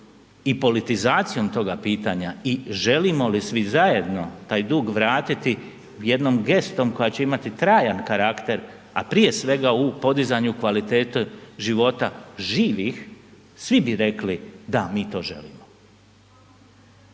i politizacijom toga pitanja i želimo li svi zajedno taj dug vratiti jednom gestom koja će imati trajan karakter, a prije svega u podizanju kvalitete života živih, svi bi rekli da mi to želimo.